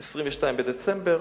22 בדצמבר: